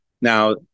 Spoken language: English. Now